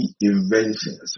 inventions